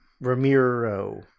Ramiro